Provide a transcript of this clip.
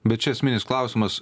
bet čia esminis klausimas